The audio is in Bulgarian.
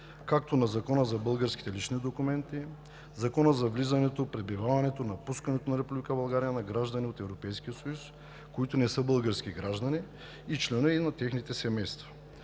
както и на Закона за българските лични документи, Закона за влизането, пребиваването и напускането на Република България на гражданите на Европейския съюз, които не са български граждани, и членовете на техните семейства.